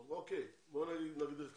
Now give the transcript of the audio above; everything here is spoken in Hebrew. אוקיי, בוא נגדיר ככה.